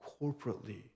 corporately